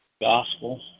gospel